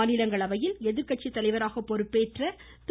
மாநிலங்களவையில் எதிர்கட்சி தலைவராக பொறுப்பேற்ற திரு